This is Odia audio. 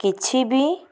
କିଛି ବି